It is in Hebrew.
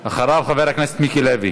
אחריו, חבר הכנסת מיקי לוי